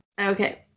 Okay